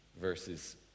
verses